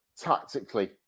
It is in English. tactically